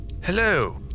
Hello